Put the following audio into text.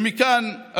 ומכאן,